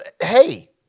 hey